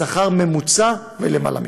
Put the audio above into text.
בשכר ממוצע ולמעלה מכך.